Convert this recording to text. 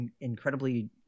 incredibly